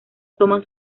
toman